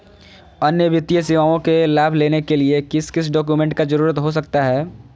अन्य वित्तीय सेवाओं के लाभ लेने के लिए किस किस डॉक्यूमेंट का जरूरत हो सकता है?